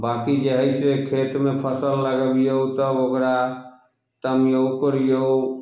बाकी जे हइ से खेतमे फसल लगबियौ तब ओकरा तमियौ कोरियौ